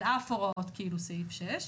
על אף הוראות סעיף 6,